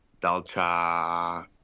Dalcha